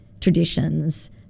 traditions